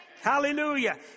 Hallelujah